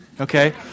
Okay